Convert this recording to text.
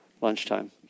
Lunchtime